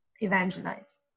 evangelize